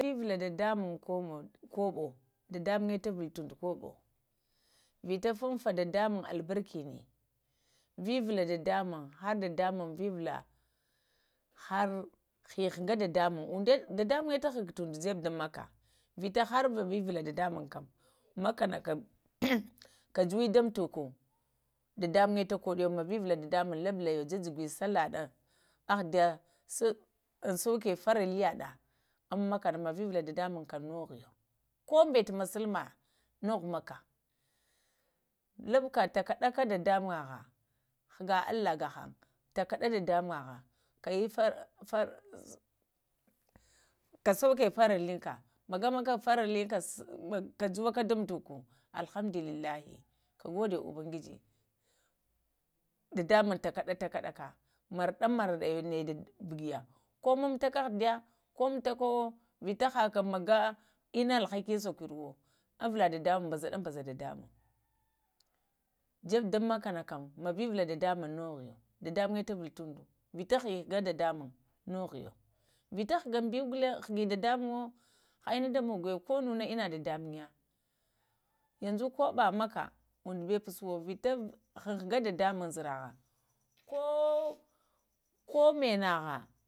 Vevula dadamuŋ koɓo, dadamuŋə ta vuluŋ umdo koɓo vita funfa dadamaŋ albarkeni, vivula dadamuŋ har dadamuŋ muŋ vivula, har huŋhə uŋdo zəbu duŋm makkah, vita har vivala dadamuŋkam, makkah nə kam kajuwi da mutuku, dada muŋyə tuko duwe munə, vəvula dada muŋ ya labuloyo juguye sallah də əeh daya sai aŋ sokə fariliyaɗa ŋ makkah na mana vivala dadamuŋ kam nogheyo, koŋbəta musalma ŋoho kam, lubka, takaɗaka dadamaŋha, ghaga allah gahəŋ takaɗa dada muŋho kasaukə faralləŋka magamagaka kayuwaka da matuvoku alhamdullillahi kagoda ubangəgə, dadamuŋ ta kaɗatakəəka maradul-marəɗa yaguguyə, ko mumutaka aɛhadiya ko matakawo vita həka magawo ənna alhakae sakorowo əghala dadamuŋ, ɓazaɗuɓaza dadamuŋ yiba duŋ makkah nə kam, ma vivulə dadamuŋ ma yoghiwo, dadamuŋyə ta vuluŋ moŋdu vita hehəga dadamuŋ noghiwo, vita heguŋbiwo ghulaŋwo hega dadamuŋwo əe ənna damoghəo ko ŋuwo na ənna dadamuyyə, yəŋzu koɓa makkah uŋdubawo pusɗuwo vita hənhaga dadamuŋ dzarahə koh mənəhe vuŋvatə